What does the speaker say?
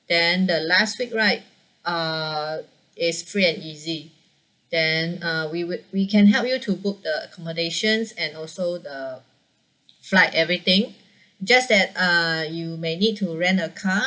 then the last week right uh is free and easy then uh we would we can help you to book the accommodations and also the flight everything just that uh you may need to rent a car